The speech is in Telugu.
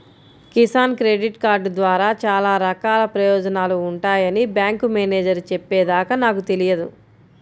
కిసాన్ క్రెడిట్ కార్డు ద్వారా చాలా రకాల ప్రయోజనాలు ఉంటాయని బ్యాంకు మేనేజేరు చెప్పే దాకా నాకు తెలియదు